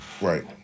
Right